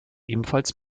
ebenfalls